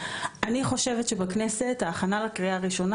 אני חושבת שבכנסת ההכנה לקריאה ראשונה